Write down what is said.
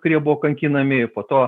kurie buvo kankinami ir po to